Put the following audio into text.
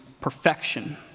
perfection